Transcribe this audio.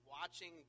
watching